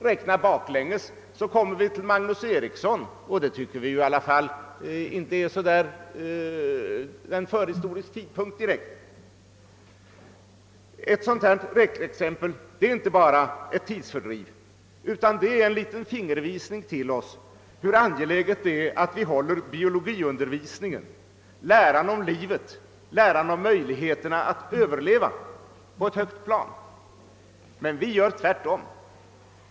Om vi räknar bakåt kommer vi till Magnus Eriksson, och det tycker vi i alla fall inte är någon förhistorisk tidpunkt. Ett sådant räkneexempel är inte bara ett tidsfördriv, utan det ger en fingervisning om hur angeläget det är att vi håller biologiundervisningen, läran om livet och om möjligheterna att överleva, på ett högt plan. Men vi gör tvärtom.